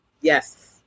Yes